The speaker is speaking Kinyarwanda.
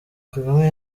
kagame